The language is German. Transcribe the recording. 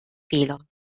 fehler